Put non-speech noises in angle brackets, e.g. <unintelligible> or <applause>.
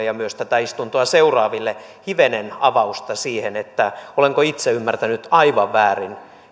<unintelligible> ja myös tätä istuntoja seuraaville hivenen avausta siihen että olenko itse ymmärtänyt aivan väärin